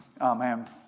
Amen